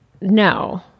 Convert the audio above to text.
No